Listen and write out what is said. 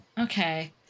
Okay